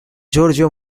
giorgio